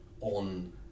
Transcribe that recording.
on